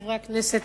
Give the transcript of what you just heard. חברי חברי הכנסת,